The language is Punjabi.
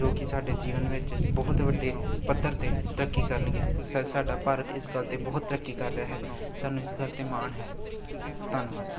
ਜੋ ਕਿ ਸਾਡੇ ਜੀਵਨ ਵਿੱਚ ਬਹੁਤ ਵੱਡੇ ਪੱਧਰ 'ਤੇ ਤਰੱਕੀ ਕਰਨਗੇ ਸ਼ੈਦ ਸਾਡਾ ਭਾਰਤ ਇਸ ਗੱਲ 'ਤੇ ਬਹੁਤ ਤਰੱਕੀ ਕਰ ਰਿਹਾ ਹੈ ਸਾਨੂੰ ਇਸ ਗੱਲ 'ਤੇ ਮਾਣ ਹੈ ਧੰਨਵਾਦ